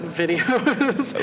videos